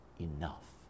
enough